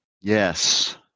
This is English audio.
Yes